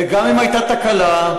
וגם אם הייתה תקלה,